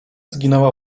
zginęła